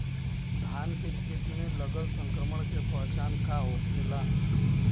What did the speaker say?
धान के खेत मे लगल संक्रमण के पहचान का होखेला?